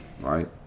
right